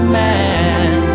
man